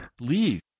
Leave